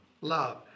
love